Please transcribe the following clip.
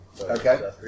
Okay